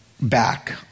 back